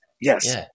Yes